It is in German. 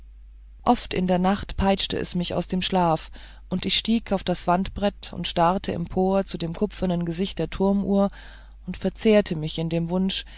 oft in der nacht peitschte es mich aus dem schlaf und ich stieg auf das wandbrett und starrte empor zu dem kupfernen gesicht der turmuhr und verzehrte mich in dem wunsch